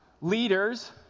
leaders